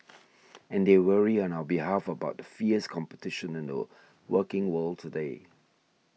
and they worry on our behalf about the fierce competition in the working world today